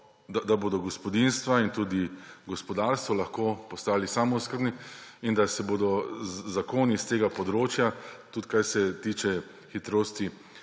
da bodo gospodinjstva in tudi gospodarstvo lahko postali samooskrbni in da se bodo zakoni s tega področja, tudi kar se tiče hitrosti